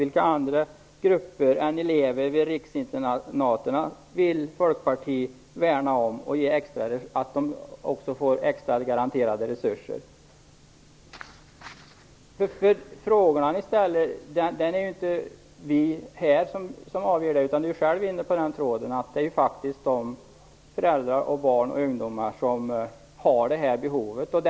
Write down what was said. Vilka andra grupper än elever vid riksinternaten vill Folkpartiet värna om och ge extra garanterade resurser? Det är inte vi här som avgör de frågor som Conny Sandholm ställer. Han är själv inne på den tråden. Detta avgörs ju faktiskt av de föräldrar, barn och ungdomar som har behovet.